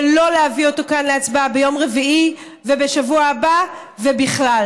ולא להביא אותו כאן להצבעה ביום רביעי ובשבוע הבא ובכלל.